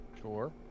Sure